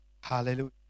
Hallelujah